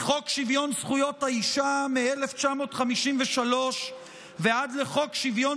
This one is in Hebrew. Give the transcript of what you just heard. מחוק שוויון זכויות האישה מ-1953 עד חוק שוויון